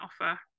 offer